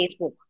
Facebook